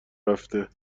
رفته